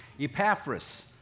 Epaphras